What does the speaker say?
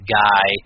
guy